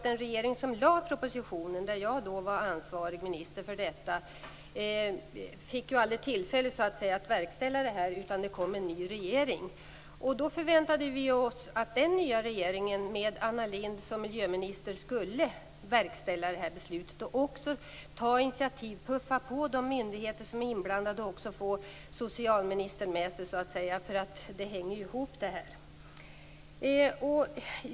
Den regering som lade fram propositionen, där jag var ansvarig minister för denna fråga, fick aldrig tillfälle att verkställa beslutet. Det kom en ny regering. Då förväntande vi oss att den nya regeringen, med Anna Lindh som miljöminister, skulle verkställa beslutet. Den regeringen förväntades också ta initiativ, puffa på de myndigheter som var inblandade och få socialministern med. Det hela hänger ihop.